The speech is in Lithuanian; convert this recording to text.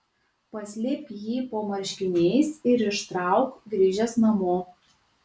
paslėpk jį po marškiniais ir ištrauk grįžęs namo